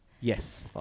Yes